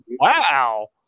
wow